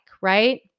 right